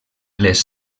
les